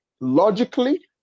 logically